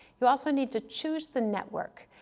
you also need to choose the network,